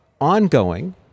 ongoing